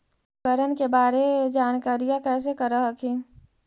उपकरण के बारे जानकारीया कैसे कर हखिन?